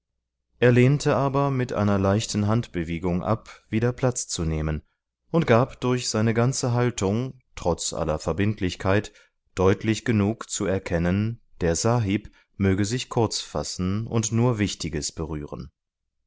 er lehnte aber mit einer leichten handbewegung ab wieder platz zu nehmen und gab durch seine ganze haltung trotz aller verbindlichkeit deutlich genug zu erkennen der sahib möge sich kurz fassen und nur wichtiges berühren